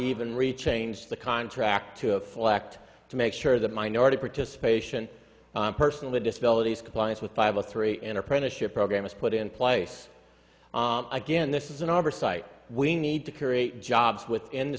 even read change the contract to reflect to make sure that minority participation personally disability compliance with five a three in apprenticeship program is put in place again this is an oversight we need to create jobs within the